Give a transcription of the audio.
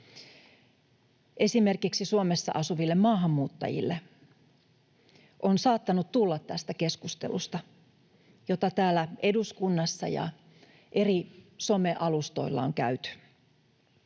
esimerkiksi Suomessa asuville maahanmuuttajille on saattanut tulla tästä keskustelusta, jota täällä eduskunnassa ja eri somealustoilla on käyty.